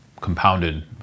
compounded